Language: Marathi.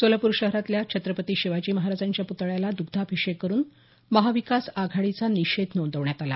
सोलापूर शहरातल्या छत्रपती शिवाजी महाराजांच्या पुतळ्याला द्ग्धाभिषेक करून महाविकास आघाडीचा निषेध नोंदवण्यात आला